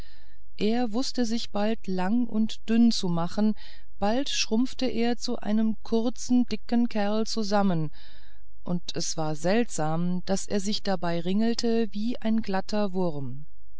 er wußte sich bald lang und dünn zu machen bald schrumpfte er zu einem kurzen dicken kerl zusammen und es war seltsam daß er sich dabei ringelte wie ein glatter wurm